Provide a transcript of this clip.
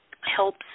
helps